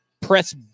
press